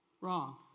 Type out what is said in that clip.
Wrong